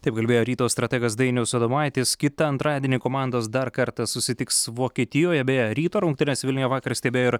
taip kalbėjo ryto strategas dainius adomaitis kitą antradienį komandos dar kartą susitiks vokietijoje beje ryto rungtynes vilniuje vakar stebėjo ir